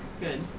good